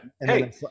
Hey